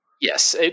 Yes